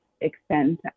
extend